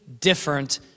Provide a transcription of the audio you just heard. different